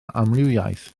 amrywiaeth